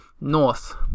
North